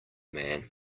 man